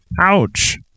Ouch